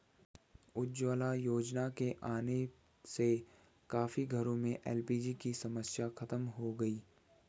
उज्ज्वला योजना के आने से काफी घरों में एल.पी.जी की समस्या खत्म हो गई